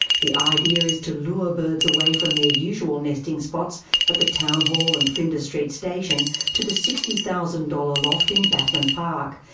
the idea is to lure birds away from their usual nesting spots at the town hall and flinders street station to the sixty thousand dollars loft in batman park,